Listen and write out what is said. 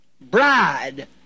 bride